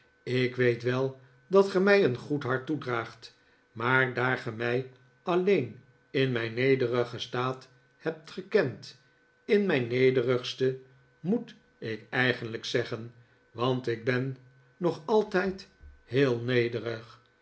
ik weet wel dat ge mij een goed hart toedraagtf maar daar ge mij alleen in mijn nederigen staat hebt gekend in mijn nederigsten moest ik eigenlijk zeggen want ik ben nog altijd heel nederig